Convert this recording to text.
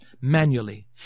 manually